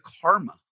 karma